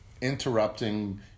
interrupting